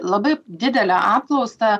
labai didelę apklausą